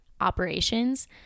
operations